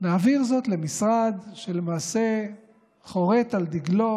נעביר זאת למשרד שלמעשה חורת על דגלו